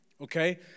Okay